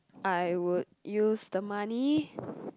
I would use the money